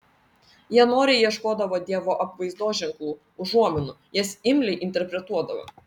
jie noriai ieškodavo dievo apvaizdos ženklų užuominų jas imliai interpretuodavo